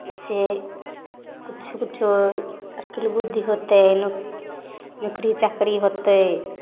से किछो किछो अकिल बुद्धि होतै नौकरी चाकरी होतै